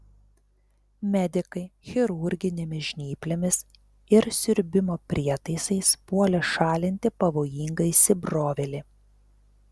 medikai chirurginėmis žnyplėmis ir siurbimo prietaisais puolė šalinti pavojingą įsibrovėlį